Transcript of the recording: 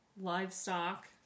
livestock